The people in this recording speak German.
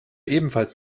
ebenfalls